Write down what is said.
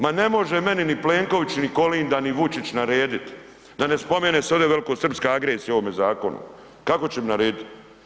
Ma ne može meni ni Plenković ni Kolinda ni Vučić naredit da ne spomene se ovdje velikosrpska agresija u ovome zakonu, kako će mi naredit.